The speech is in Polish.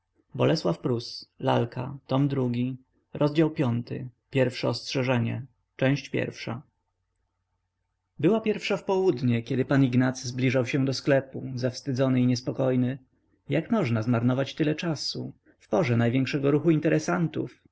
się nowa publiczność pan ignacy zwolna schodzi ze schodów i myśli była pierwsza w południe kiedy pan ignacy zbliżał się do sklepu zawstydzony i niespokojny jak można zmarnować tyle czasu w porze największego ruchu interesantów